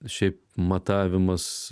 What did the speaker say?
šiaip matavimas